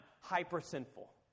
hyper-sinful